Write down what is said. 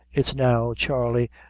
it's now, charley,